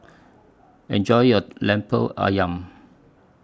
Enjoy your Lemper Ayam